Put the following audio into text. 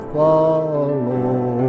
follow